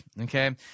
okay